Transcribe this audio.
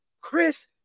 Chris